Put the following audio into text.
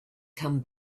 come